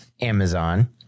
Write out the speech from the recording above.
Amazon